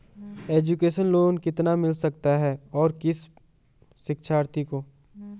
Education loan कितना मिल सकता है और किस शिक्षार्थी को?